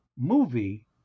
movie